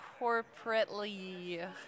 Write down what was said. corporately